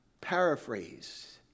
paraphrase